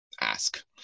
ask